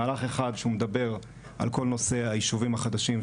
מהלך אחד שהוא מדבר על כל נושא הישובים החדשים,